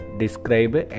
describe